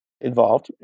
involved